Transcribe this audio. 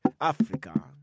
Africa